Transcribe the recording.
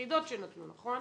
היחידות שנתנו, נכון?